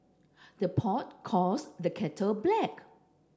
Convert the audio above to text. the pot calls the kettle black